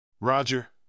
Roger